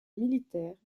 militaire